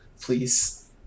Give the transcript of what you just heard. Please